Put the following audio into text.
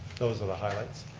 those are the highlights.